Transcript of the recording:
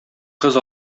кыз